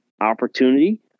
opportunity